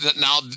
now